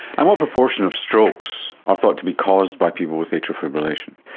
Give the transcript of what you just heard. and what proportion of strokes are thought to be caused by people with atrial fibrillation?